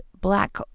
black